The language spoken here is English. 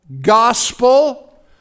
gospel